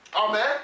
Amen